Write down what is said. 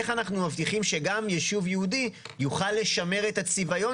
איך אנחנו מבטיחים שגם ישוב יהודי יוכל לשמר את הצביון